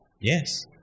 Yes